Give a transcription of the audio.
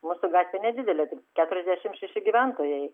mūsų gatvė nedidelė tik keturiasdešimt šeši gyventojai